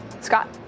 scott